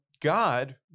God